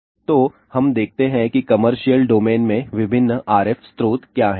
तो हम देखते हैं कि कमर्शियल डोमेन में विभिन्न RF स्रोत क्या हैं